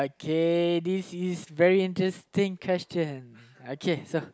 K this is very interesting question okay so